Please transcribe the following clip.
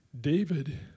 David